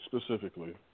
specifically